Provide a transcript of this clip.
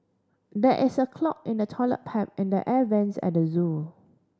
there is a clog in the toilet pipe and the air vents at the zoo